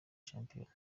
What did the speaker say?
shampiyona